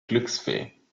glücksfee